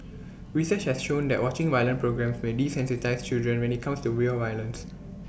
research has shown that watching violent programmes may desensitise children when IT comes to real violence